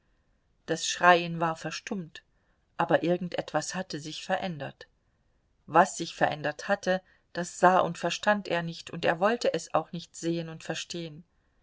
das schreien war verstummt aber irgend etwas hatte sich verändert was sich verändert hatte das sah und verstand er nicht und er wollte es auch nicht sehen und verstehen